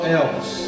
else